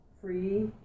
Free